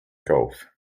gulf